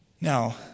Now